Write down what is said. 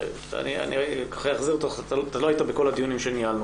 זה דיון קצר, אתה רואה, לא דיונים של שיחות.